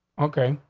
okay.